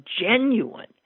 genuine